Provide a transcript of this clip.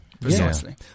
Precisely